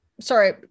Sorry